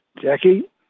Jackie